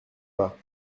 pas